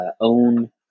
own